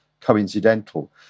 coincidental